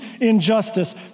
injustice